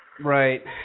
Right